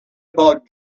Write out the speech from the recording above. about